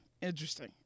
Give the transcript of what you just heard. Interesting